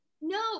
no